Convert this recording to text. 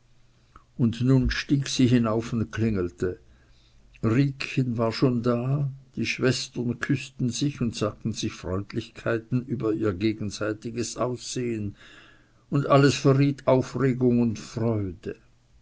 und nun stieg sie hinauf und klingelte riekchen war schon da die schwestern küßten sich und sagten sich freundlichkeiten über ihr gegenseitiges aussehen und alles verriet aufregung und freude